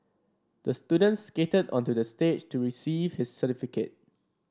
the student skated onto the stage to receive his certificate